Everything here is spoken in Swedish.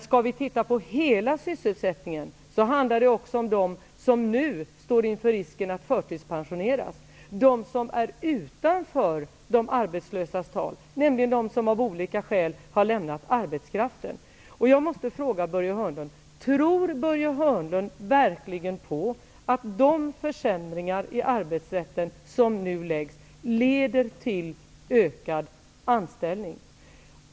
När vi talar om hela sysselsättningen handlar det också om dem som nu står inför risken att förtidspensioneras och om dem som står utanför de arbetslösas tal, nämligen dem som av olika skäl har lämnat arbetsmarknaden. Jag måste fråga Börje Hörnlund om han verkligen tror att de försämringar i arbetsrätten som nu införs leder till fler anställningar.